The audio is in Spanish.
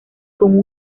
con